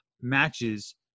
matches